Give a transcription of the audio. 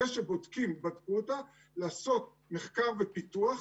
אחרי שבודקים, בדקו אותה, לעשות מחקר ופיתוח,